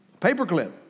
Paperclip